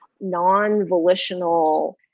non-volitional